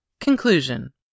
Conclusion